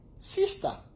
Sister